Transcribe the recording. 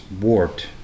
warped